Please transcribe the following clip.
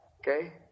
Okay